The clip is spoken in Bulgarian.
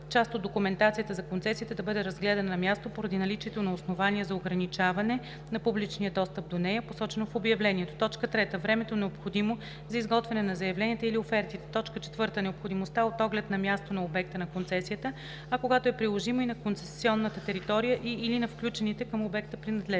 част от документацията за концесията да бъде разгледана на място поради наличието на основание за ограничаване на публичния достъп до нея, посочено в обявлението; 3. времето, необходимо за изготвяне на заявленията или офертите; 4. необходимостта от оглед на място на обекта на концесията, а когато е приложимо – и на концесионната територия и/или на включените към обекта принадлежности.